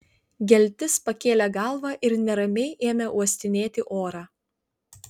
geltis pakėlė galvą ir neramiai ėmė uostinėti orą